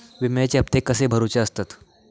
विम्याचे हप्ते कसे भरुचे असतत?